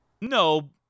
No